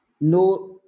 no